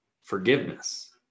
forgiveness